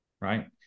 right